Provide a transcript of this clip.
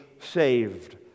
saved